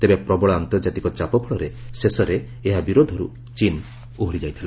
ତେବେ ପ୍ରବଳ ଆନ୍ତର୍ଜାତିକ ଚାପ ଫଳରେ ଶେଷରେ ଏହି ବିରୋଧରୁ ଚୀନ୍ ଓହରି ଯାଇଥିଲା